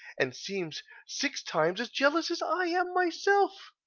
and seems six times as jealous as i am myself.